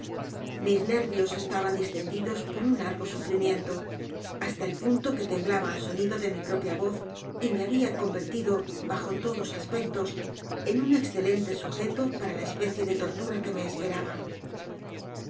mis nervios estaban distendidos por un largo sufrimiento hasta el punto que temblaba al sonido de mi propia voz y me había convertido bajo todos aspectos en un excelente sujeto p a r a la especie de tortura que me esperaba